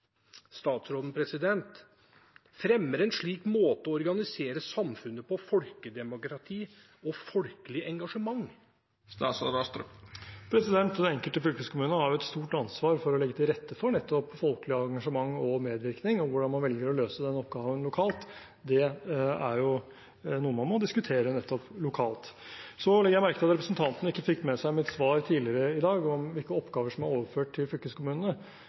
statsråden: Fremmer en slik måte å organisere samfunnet på folkedemokrati og folkelig engasjement? Den enkelte fylkeskommune har et stort ansvar for å legge til rette for nettopp folkelig engasjement og medvirkning, og hvordan man velger å løse den oppgaven lokalt, er noe man må diskutere lokalt. Så legger jeg merke til at representanten ikke fikk med seg mitt svar tidligere i dag om hvilke oppgaver som er overført til fylkeskommunene.